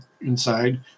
inside